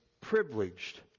Privileged